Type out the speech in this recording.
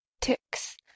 ticks